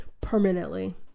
permanently